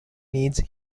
needs